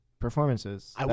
performances